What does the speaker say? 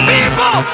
People